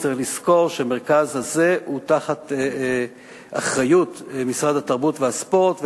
כי צריך לזכור שהמרכז הזה הוא תחת אחריות משרד התרבות והספורט,